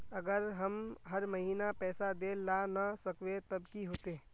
अगर हम हर महीना पैसा देल ला न सकवे तब की होते?